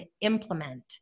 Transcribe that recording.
implement